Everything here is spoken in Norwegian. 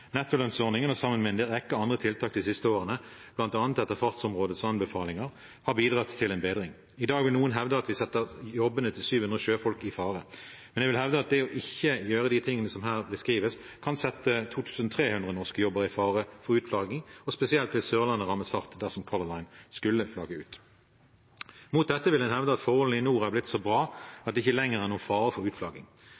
Nettolønnsordningen har sammen med en rekke andre tiltak de siste årene, bl.a. etter fartsområdeutvalgets anbefalinger, bidratt til en bedring. I dag vil noen hevde at vi setter jobbene til 700 sjøfolk i fare. Men jeg vil hevde at ikke å gjøre de tingene som her beskrives, kan sette 2 300 norske jobber i fare for utflagging. Spesielt vil Sørlandet rammes hardt dersom Color Line skulle flagge ut. Mot dette vil en hevde at forholdene i NOR er blitt så bra